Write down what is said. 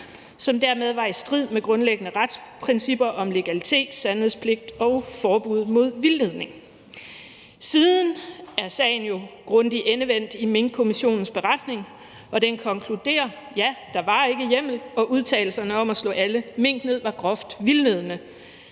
som dermed var i strid med grundlæggende retsprincipper om legalitet, sandhedspligt og forbud mod vildledning. Siden er sagen jo blevet grundigt endevendt i Minkkommissionens beretning, og den konkluderer, at der ikke var hjemmel, og at udtalelserne om at slå alle mink ned var groft vildledende.